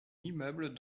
immeubles